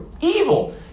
evil